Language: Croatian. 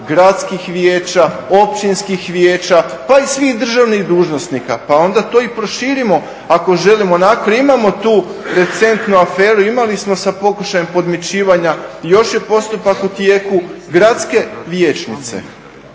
gradskih vijeća, općinskih vijeća pa i svih državnih dužnosnika. Pa onda to i proširimo ako želimo. Zato i imamo tu recentnu aferu, imali smo sa pokušajem podmićivanja i još je postupak u tijeku gradske vijećnice